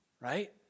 right